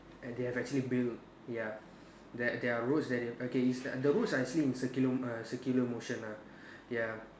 and they have actually built ya there there are routes that okay is the routes are actually in curriculum uh circular motions uh ya